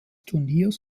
turniers